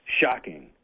shocking